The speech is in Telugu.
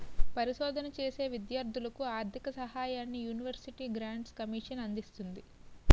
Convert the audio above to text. పరిశోధన చేసే విద్యార్ధులకు ఆర్ధిక సహాయాన్ని యూనివర్సిటీ గ్రాంట్స్ కమిషన్ అందిస్తుంది